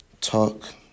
talk